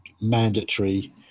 mandatory